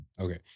Okay